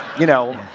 you know,